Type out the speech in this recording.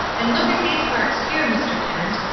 and look at these marks here, mr. kent.